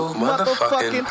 motherfucking